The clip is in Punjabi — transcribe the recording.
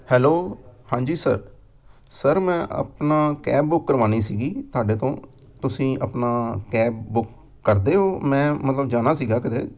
ਹੈਲੋ ਹਾਂਜੀ ਸਰ ਸਰ ਮੈਂ ਆਪਣਾ ਕੈਬ ਬੁੱਕ ਕਰਵਾਉਣੀ ਸੀਗੀ ਤੁਹਾਡੇ ਤੋਂ ਤੁਸੀਂ ਆਪਣਾ ਕੈਬ ਬੁੱਕ ਕਰਦੇ ਹੋ ਮੈਂ ਮਤਲਬ ਜਾਣਾ ਸੀਗਾ ਕਿਤੇ